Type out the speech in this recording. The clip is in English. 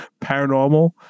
paranormal